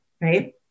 right